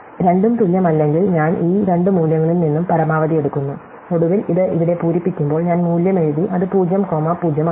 രണ്ടും തുല്യമല്ലെങ്കിൽ ഞാൻ ഈ രണ്ട് മൂല്യങ്ങളിൽ നിന്നും പരമാവധി എടുക്കുന്നു ഒടുവിൽ ഇത് ഇവിടെ പൂരിപ്പിക്കുമ്പോൾ ഞാൻ മൂല്യം എഴുതി അത് 0 കോമ 0 ആണ്